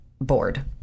bored